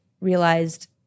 realized